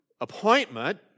appointment